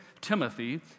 Timothy